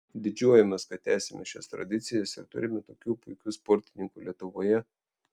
didžiuojamės kad tęsiame šias tradicijas ir turime tokių puikių sportininkų lietuvoje